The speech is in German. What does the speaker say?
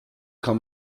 kann